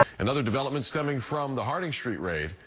another development stemming from the harding street raid,